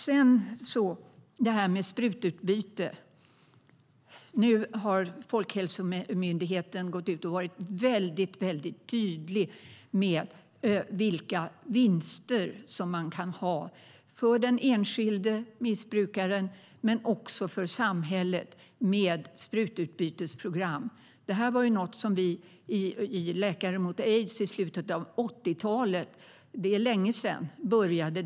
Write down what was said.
När det gäller sprututbytesprogram har Folkhälsomyndigheten gått ut och varit väldigt tydlig med vilka vinster det kan ge för den enskilda missbrukaren men också för samhället. Det här var något som vi i Läkare mot aids började driva på slutet av 80-talet - det är länge sedan.